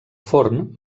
forn